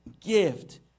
gift